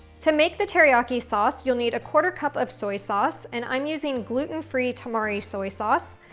to make the teriyaki sauce, you'll need a quarter cup of soy sauce. and i'm using gluten-free tamari soy sauce,